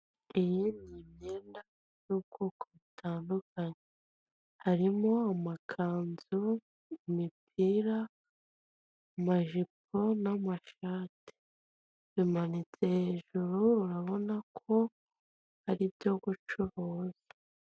Iyi ni imyenda y'ubwoko butandukanye. Harimo amakanzu, imipira, amajipo n'amashati. Bimanitse hejuru, urabona ko ari ibyo gucuruza.